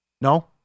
No